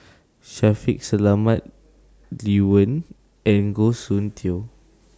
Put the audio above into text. Shaffiq Selamat Lee Wen and Goh Soon Tioe